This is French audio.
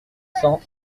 cent